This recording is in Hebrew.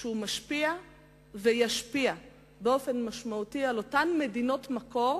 שהוא משפיע וישפיע באופן משמעותי על אותן מדינות מקור